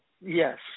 yes